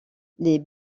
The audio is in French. les